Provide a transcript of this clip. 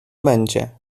będzie